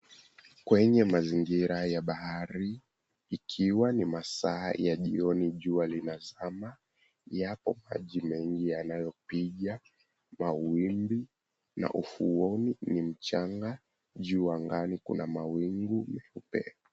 Kwenye mazingira ya bahari, ikiwa ni masaa ya jioni jua linazama. Yako maji mengi yanayopiga, mawimbi. Na ufuoni ni mchanga, juu angani kuna mawingu meupe.